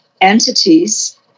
entities